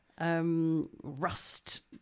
rust